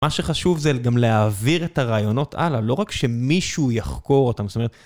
מה שחשוב זה גם להעביר את הרעיונות הלאה, לא רק שמישהו יחקור אותן, זאת אומרת...